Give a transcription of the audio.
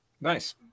Nice